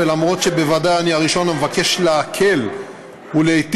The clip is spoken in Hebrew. ולמרות העובדה שבוודאי אני הראשון המבקש להקל ולהיטיב